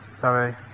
sorry